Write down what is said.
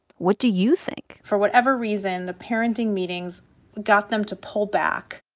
what do you think? for whatever reason, the parenting meetings got them to pull back.